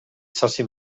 sasi